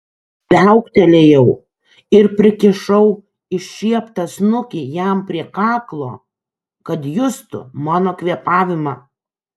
viauktelėjau ir prikišau iššieptą snukį jam prie kaklo kad justų mano kvėpavimą